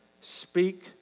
Speak